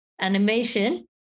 animation